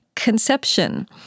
conception